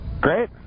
Great